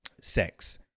sex